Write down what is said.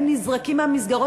הם נזרקים מהמסגרות,